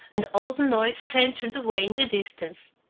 and all the noise centred away in the distance.